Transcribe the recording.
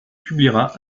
publiera